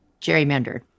gerrymandered